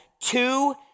two